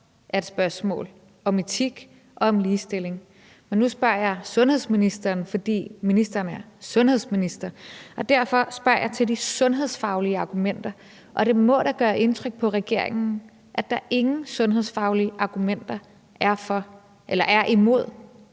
er et spørgsmål om etik og om ligestilling, og nu spørger jeg sundhedsministeren. For ministeren er sundhedsminister, og derfor spørger jeg til de sundhedsfaglige argumenter, og det må da gøre indtryk på regeringen, at der ingen sundhedsfaglige argumenter er imod